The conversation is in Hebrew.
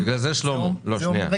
אני אומר